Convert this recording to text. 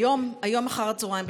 היום אחר הצוהריים,